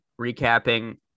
recapping